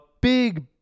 big